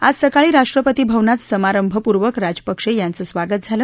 आज सकाळी राष्ट्रपती भवनात समारंभपूर्वक राजपक्षे यांचं स्वागत झालं